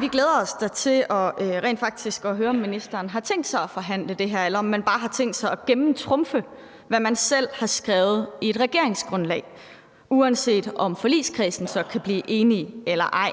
Vi glæder os da til rent faktisk at høre, om ministeren har tænkt sig at forhandle det her, eller om man bare har tænkt sig at gennemtrumfe, hvad man selv har skrevet i et regeringsgrundlag, uanset om forligskredsen så kan blive enige eller ej.